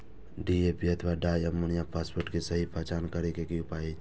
DAP अथवा di ammonium phosphate के सहि पहचान करे के कि उपाय अछि?